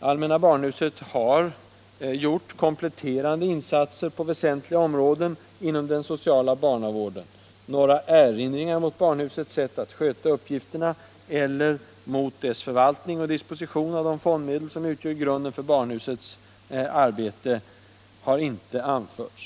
”Allmänna barnhuset har ——— gjort kompletterande insatser på väsentliga Onsdagen den områden inom den sociala barnavården. Några erinringar mot barnhusets 12 maj 1976 sätt att sköta uppgifterna eller mot dess förvaltning och disposition av de =4 fondmedel, som utgör grunden för barnhusets arbete, har inte anförts.